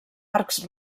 arcs